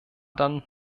dann